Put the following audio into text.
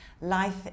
life